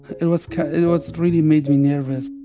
it was it was really made me nervous.